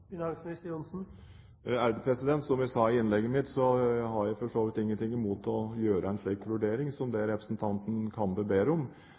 Som jeg sa i innlegget mitt, har jeg for så vidt ingenting imot å foreta en slik vurdering som det representanten Kambe ber om.